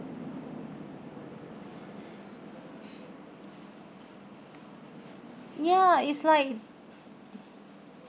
ya it's like